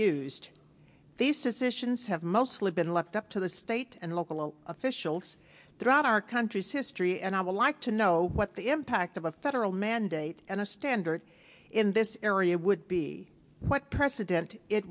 used these decisions have mostly been left up to the state and local officials throughout our country's history and i would like to know what the impact of a federal mandate and a standard in this area would be what president it